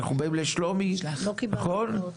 אנחנו באים לשלומי נכון?